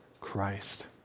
Christ